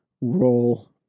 role